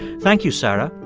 thank you, sarah,